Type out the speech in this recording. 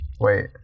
Wait